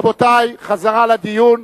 רבותי, חזרה לדיון.